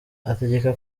ategeka